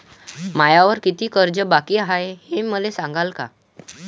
मायावर कितीक कर्ज बाकी हाय, हे मले सांगान का?